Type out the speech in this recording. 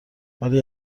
ولی